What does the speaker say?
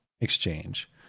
exchange